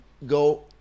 go